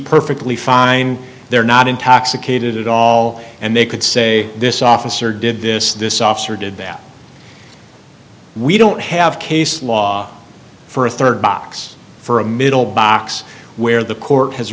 perfectly fine they're not intoxicated at all and they could say this officer did this this officer did that we don't have case law for a box for a middle box where the court has